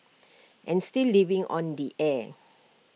and still living on in the er